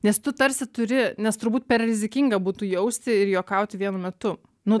nes tu tarsi turi nes turbūt per rizikinga būtų jausti ir juokauti vienu metu nu